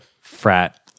frat